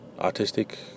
Artistic